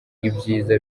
ibyiza